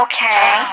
Okay